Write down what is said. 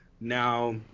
now